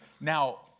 Now